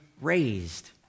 raised